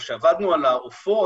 לקראת המעבר לשלב שני שלישי,